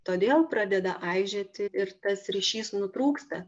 todėl pradeda aižėti ir tas ryšys nutrūksta